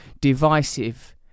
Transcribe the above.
divisive